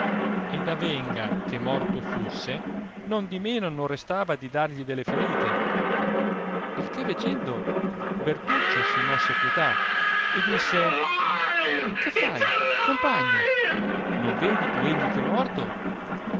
ed avenga che morto fusse nondimeno non restava di dargli delle ferite il che veggendo bertuccio si mosse a pietà e disse che fai compagno non vedi tu eh egli è morto